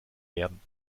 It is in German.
werden